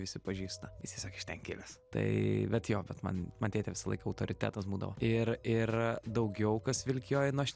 visi pažįsta jisai sakė aš ten gimęs tai bet jo bet man man tėtė visą laiką autoritetas būdavo ir ir daugiau kas vilkijoj nu aš